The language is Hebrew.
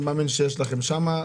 אני מאמין שיש לכם שם,